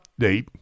update